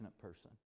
person